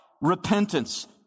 Repentance